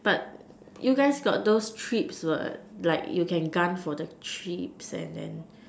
but you guys got those trip what like you can gun for the trips and then